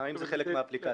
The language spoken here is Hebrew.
האם זה חלק מהאפליקציה.